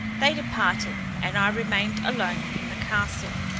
they departed, and i remained alone in the castle.